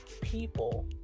people